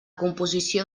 composició